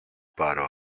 πάρω